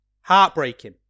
Heartbreaking